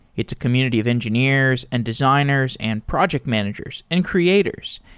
it's a community of engineers and designers and project managers and creators.